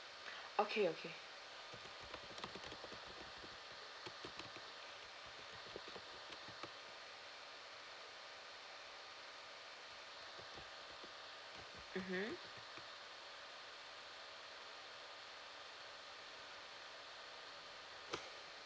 okay okay mmhmm